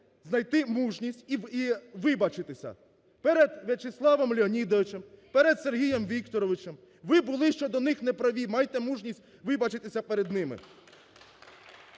знайти мужність і вибачитися перед В'ячеславом Леонідовичем, перед Сергієм Вікторовичем, ви були щодо них неправі, майте мужність вибачитися перед ними.